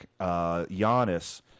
Giannis